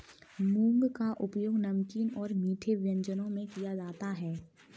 मूंग का उपयोग नमकीन और मीठे व्यंजनों में किया जाता है